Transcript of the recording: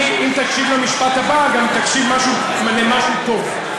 עוד פעם, אם תקשיב למשפט הבא, גם תקשיב למשהו טוב.